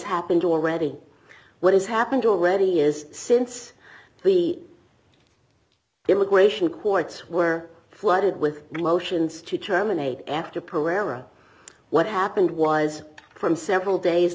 happened already what has happened already is since the immigration courts were flooded with lotions to terminate after pereira what happened was from several days